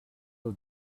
aux